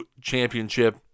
Championship